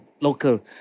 local